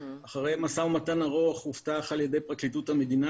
אחרי משא ומתן ארוך הובטח על ידי פרקליטות המדינה,